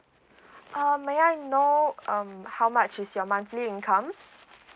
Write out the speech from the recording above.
um may I know um how much is your monthly income